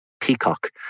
peacock